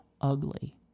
ugly